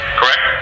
correct